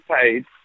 paid